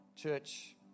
church